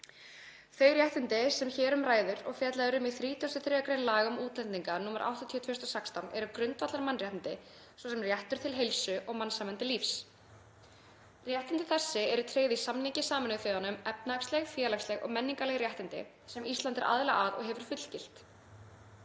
Þau réttindi sem hér um ræðir og fjallað er um í 33. gr. laga um útlendinga nr. 80/2016 eru grundvallarmannréttindi, svo sem réttur til heilsu og mannsæmandi lífs. Réttindi þessi eru tryggð í samningi Sameinuðu þjóðanna um efnahagsleg, félagsleg og menningarleg réttindi, sem Ísland er aðili að og hefur fullgilt.